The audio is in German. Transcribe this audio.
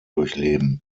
durchleben